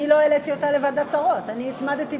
להצעה שלך התנגדו?